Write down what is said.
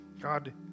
God